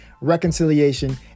reconciliation